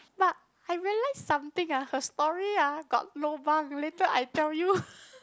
but I realise something ah her story ah got lobang later I tell you